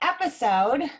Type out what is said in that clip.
episode